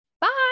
Bye